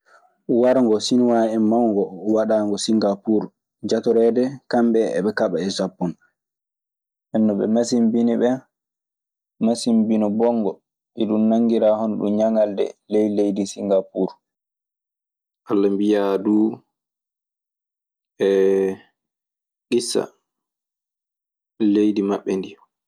Wargon cinuawaɓe mawgon, woɗagon singapure jatoreɗe kamɓe e ɓe kabee e sapone. Nden non ɓe masimbini ɓen masimbino bongol. Iɗun nanngiraa hono ɗun ñaŋalde ley leydi Singapuur. Walla mbiyaa du issa leydi maɓɓe ndii.